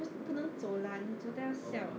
不能走啦你走到 siao